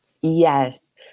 Yes